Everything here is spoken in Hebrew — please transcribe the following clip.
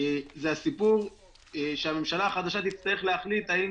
זה הסיפור שהממשלה החדשה תצטרך להחליט האם